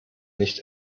nicht